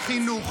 הינה חוק,